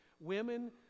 Women